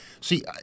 see